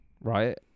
right